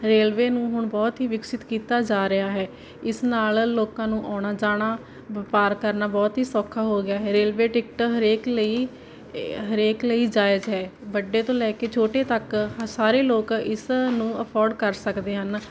railway ਨੂੰ ਹੁਣ ਬਹੁਤ ਹੀ ਵਿਕਸਿਤ ਕੀਤਾ ਜਾ ਰਿਹਾ ਹੈ ਇਸ ਨਾਲ ਲੋਕਾਂ ਨੂੰ ਆਉਣਾ ਜਾਣਾ ਵਪਾਰ ਕਰਨਾ ਬਹੁਤ ਹੀ ਸੌਖਾ ਹੋ ਗਿਆ ਹੈ ਰੇਲਵੇ ਟਿਕਟ ਹਰੇਕ ਲਈ ਹਰੇਕ ਲਈ ਜਾਇਜ਼ ਹੈ ਵੱਡੇ ਤੋਂ ਲੈ ਕੇ ਛੋਟੇ ਤੱਕ ਸਾਰੇ ਲੋਕ ਇਸ ਨੂੰ ਅਫੋਡ ਕਰ ਸਕਦੇ ਹਨ